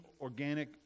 organic